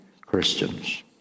Christians